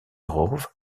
rowe